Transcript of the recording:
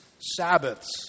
sabbaths